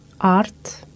art